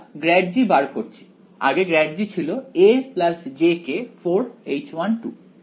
আমরা ∇g বার করেছি আগে ∇g ছিল a jk 4H1 সঠিক